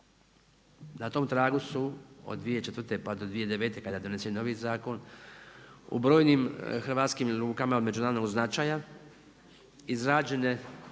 Na tom tragu su od 2004. pa do 2009. kada je donesen novi zakon, u brojim hrvatskim lukama od međunarodnog značaja izrađene